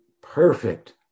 perfect